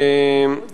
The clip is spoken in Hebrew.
תודה, אדוני היושב-ראש.